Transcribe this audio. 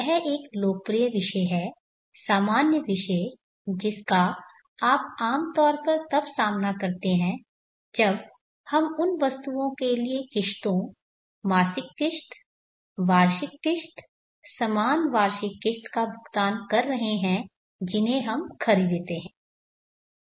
यह एक लोकप्रिय विषय है सामान्य विषय जिसका आप आमतौर पर तब सामना करते हैं जब हम उन वस्तुओं के लिए किश्तों मासिक किश्त वार्षिक किश्त समान वार्षिक किश्त का भुगतान कर रहे हैं जिन्हें हम खरीदते हैं